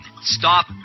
Stop